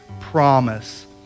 promise